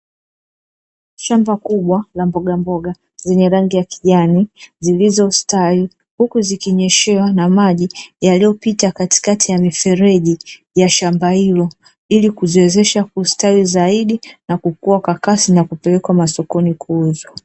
Shamba kubwa la mbogamboga zenye rangi ya kijani zilizostawi huku zikinyeshewa na maji, yaliyopita katikati ya mifereji ya shamba hilo ili kuziwezesha kustawi zaidi na kukua kwa kasi na kupelekwa masokoni kuuzwa.